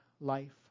life